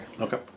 Okay